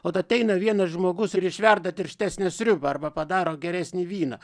ot ateina vienas žmogus ir išverda tirštesnę sriubą arba padaro geresnį vyną